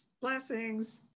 Blessings